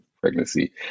pregnancy